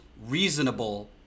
reasonable